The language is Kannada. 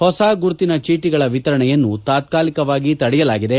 ಹೊಸ ಗುರುತಿನ ಚೀಟಗಳ ವಿತರಣೆಯನ್ನು ತಾತ್ಕಾಲಿಕವಾಗಿ ತಡೆಯಲಾಗಿದೆ